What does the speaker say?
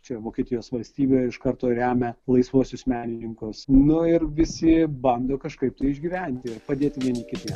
čia vokietijos valstybė iš karto remia laisvuosius menininkus nu ir visi bando kažkaip tai išgyventi padėti vieni kitiem